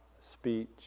speech